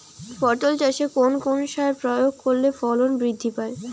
পটল চাষে কোন কোন সার প্রয়োগ করলে ফলন বৃদ্ধি পায়?